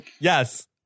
Yes